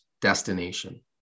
destination